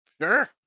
Sure